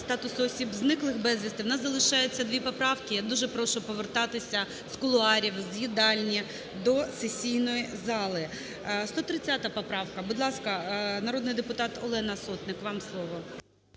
статусу осіб, зниклих безвісти. У нас залишається дві поправки, я дуже прошу повертатися з кулуарів, з їдальні до сесійної зали. 130 поправка. Будь ласка, народний депутат Олена Сотник, вам слово.